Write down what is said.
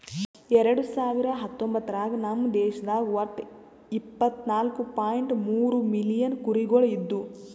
ಎರಡು ಸಾವಿರ ಹತ್ತೊಂಬತ್ತರಾಗ ನಮ್ ದೇಶದಾಗ್ ಒಟ್ಟ ಇಪ್ಪತ್ನಾಲು ಪಾಯಿಂಟ್ ಮೂರ್ ಮಿಲಿಯನ್ ಕುರಿಗೊಳ್ ಇದ್ದು